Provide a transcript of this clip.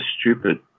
stupid